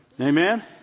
Amen